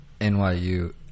NYU